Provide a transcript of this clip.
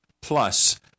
plus